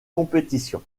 compétition